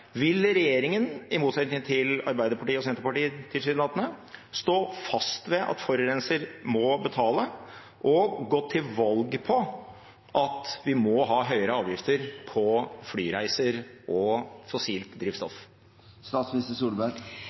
Vil regjeringen – i motsetning til Arbeiderpartiet og Senterpartiet, tilsynelatende – stå fast ved at forurenser må betale og gå til valg på at vi må ha høyere avgifter på flyreiser og fossilt drivstoff?